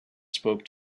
spoke